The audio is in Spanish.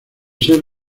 ser